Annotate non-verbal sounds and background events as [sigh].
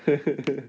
[laughs]